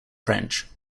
french